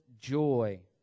joy